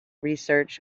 research